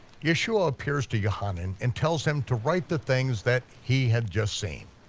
yeshua appears to yochanan and tells him to write the things that he had just seen.